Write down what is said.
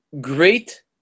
great